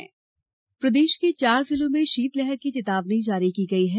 मौसम प्रदेश के चार जिलों में शीतलहर की चेतावनी जारी की गई है